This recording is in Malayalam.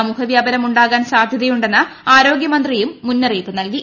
സമൂഹവൃാപനം ഉണ്ടാകാൻ സാധ്യതയുണ്ടെന്ന് ആരോഗ്യമന്ത്രിയും മുന്നറിയിപ്പ് നൽകി